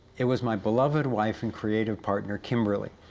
it was my beloved wife and creative partner kimberly,